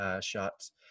shots